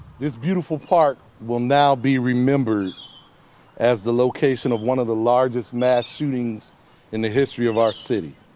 this beautiful park will now be remembered as the location of one of the largest mass shootings in the history of our city.